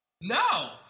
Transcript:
No